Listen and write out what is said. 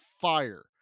fire